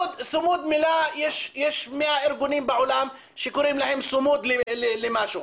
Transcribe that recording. יש מאה ארגונים בעולם שקוראים להם "צומוד" בשביל משהו.